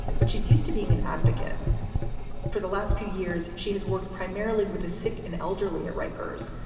but she's used to being an advocate for the last few years. she has worked primarily with the sick and elderly at rikers,